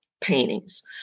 paintings